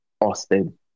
Austin